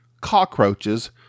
cockroaches